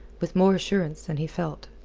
with more assurance than he felt,